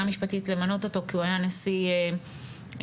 משפטית למנות אותו כי הוא היה נשיא מכללה,